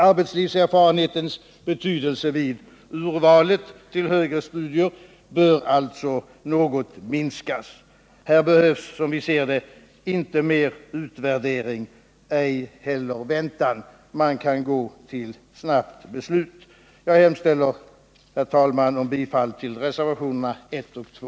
Arbetslivserfarenhetens betydelse vid urvalet till högre studier bör alltså något minskas. Det behövs som vi ser det inte någon mer utvärdering — ej heller väntan. Man kan gå till snabbt beslut. Jag hemställer, herr talman, om bifall till reservationerna 1 och 2.